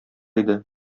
иде